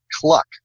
Cluck